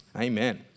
Amen